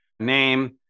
name